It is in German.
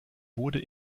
wurde